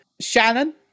Shannon